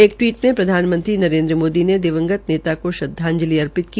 एक टिवीट में प्रधानमंत्री नरेन्द्र मोदी ने दिवंगत नेता को श्रदवाजंलि अर्पितकी